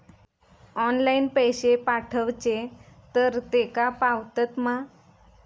Online पैसे पाठवचे तर तेका पावतत मा?